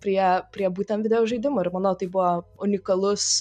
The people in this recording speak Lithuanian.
prie prie būtent videožaidimų ir mano tai buvo unikalus